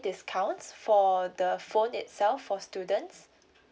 discounts for the phone itself for students